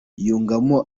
yungamo